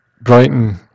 Brighton